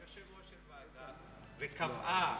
הייתי יושב-ראש ועדה שקבעה,